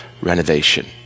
renovation